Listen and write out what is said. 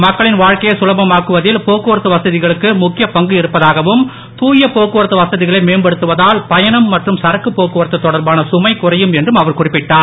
மக்களின் வாழ்க்கையை சுலபமாக்குவதில் போக்குவரத்து வசதிகளுக்கு முக்கிய பங்கு இருப்பதாகவும் தூய போக்குவரத்து வசதிகளை மேம்படுத்துவதால் பயணம் மற்றும் சரக்கு போக்குவரத்து தொடர்பான சுமை குறையும் என்றும் அவர் குறிப்பிட்டார்